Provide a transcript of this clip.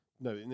No